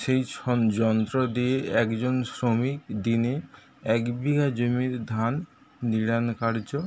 সেইসব যন্ত্র দিয়ে একজন শ্রমিক দিনে একবিঘা জমির ধান নিড়ান কার্য